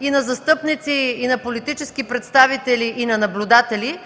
на застъпници, на политически представители и на наблюдатели,